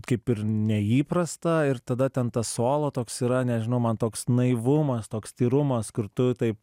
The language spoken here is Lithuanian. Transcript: kaip ir neįprastą ir tada ten tas solo toks yra nežinau man toks naivumas toks tyrumas kur tu taip